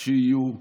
כשיהיו,